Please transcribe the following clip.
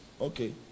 Okay